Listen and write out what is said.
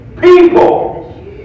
people